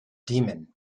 demon